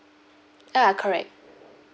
ah correct